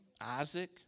Isaac